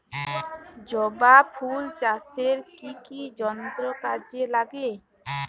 জবা ফুল চাষে কি কি যন্ত্র কাজে লাগে?